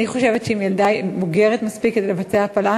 אני חושבת שאם ילדה בוגרת מספיק כדי לבצע הפלה,